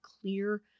clear